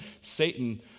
Satan